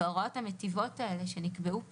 ההוראות המיטיבות הללו, שנקבעו פה,